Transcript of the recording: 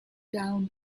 down